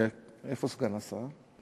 איפה סגן השר?